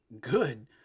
good